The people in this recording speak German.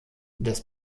das